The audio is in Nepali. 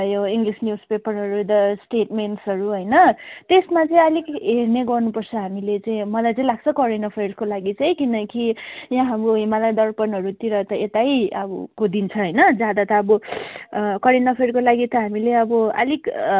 यो इङ्लिस न्युज पेपरहरू द स्टेटमेन्ट्सहरू होइन त्यसमा चाहिँ अलिक हेर्ने गर्नुपर्छ हामीले चाहिँ मलाई चाहिँ लाग्छ करेन्ट अफेयर्सको लागि चाहिँ किनकि यहाँ अब हिमालय दर्पणहरूतिर त यतै अब को दिन्छ होइन ज्यादा त अब करेन्ट अफेयरको लागि त हामीले अब अलिक